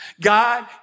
God